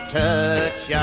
touch